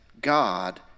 God